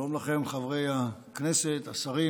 שלום לכם, חברי הכנסת, השרים,